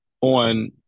on